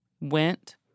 went